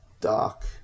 dark